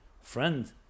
friend